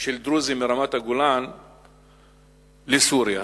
של דרוזים מרמת-הגולן לסוריה.